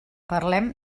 parlem